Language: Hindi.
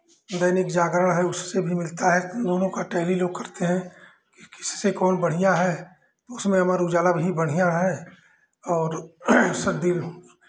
दैनिक जागरण है उससे भी मिलता है दोनों का टैली लोग करते हैं कि किस से कोन बढ़ियाँ है उसमें अमर उजाला भी बढ़ियाँ है और